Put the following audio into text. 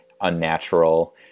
unnatural